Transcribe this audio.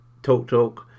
TalkTalk